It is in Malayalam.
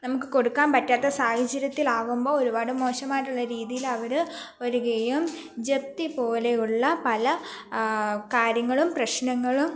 നമുക്ക് കൊടുക്കാന് പറ്റാത്ത സാഹചര്യത്തിലാകുമ്പോള് ഒരുപാട് മോശമായിട്ടുള്ള രീതിയിലവര് വരികയും ജപ്തിപോലെയുള്ള പല കാര്യങ്ങളും പ്രശ്നങ്ങളും